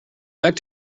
back